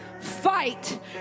fight